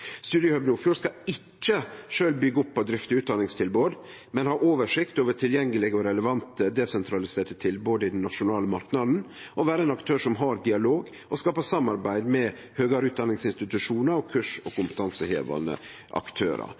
skal ikkje sjølv byggje opp og drifte utdanningstilbod, men ha oversikt over tilgjengelege og relevante desentraliserte tilbod i den nasjonale marknaden, og vere ein aktør som har dialog og skapar samarbeid med høgare utdanningsinstitusjonar og kursaktørar og kompetansehevande aktørar.